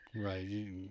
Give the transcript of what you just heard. Right